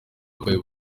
uburwayi